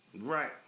Right